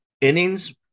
innings